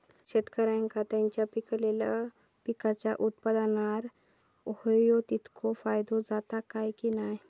शेतकऱ्यांका त्यांचा पिकयलेल्या पीकांच्या उत्पन्नार होयो तितको फायदो जाता काय की नाय?